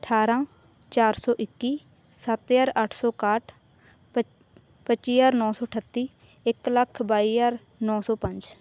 ਅਠਾਰਾਂ ਚਾਰ ਸੌ ਇੱਕੀ ਸੱਤ ਹਜ਼ਾਰ ਅੱਠ ਸੌ ਇਕਾਹਠ ਪੱਚੀ ਪੱਚੀ ਹਜ਼ਾਰ ਨੌਂ ਸੌ ਅਠੱਤੀ ਇੱਕ ਲੱਖ ਬਾਈ ਹਜ਼ਾਰ ਨੌਂ ਸੌ ਪੰਜ